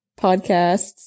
podcasts